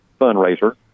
fundraiser